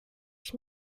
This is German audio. ich